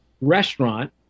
restaurant